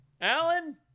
Alan